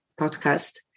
podcast